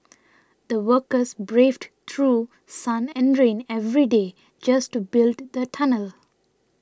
the workers braved through sun and rain every day just to build the tunnel